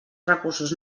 recursos